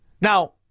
Now